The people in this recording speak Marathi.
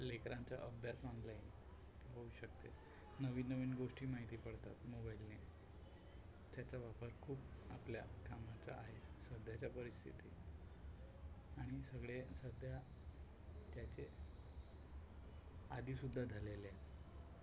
लेकरांचा अभ्यास ऑनलाईन होऊ शकतो नवीन नवीन गोष्टी माहिती पडतात मोबाईलने त्याचा वापर खूप आपल्या कामाचा आहे सध्याच्या परिस्थितीत आणि सगळे सध्या त्याचे आदीसुद्धा झालेले आहेत